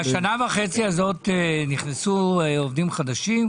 בשנה וחצי הזאת נכנסו עובדים חדשים,